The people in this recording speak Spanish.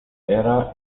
era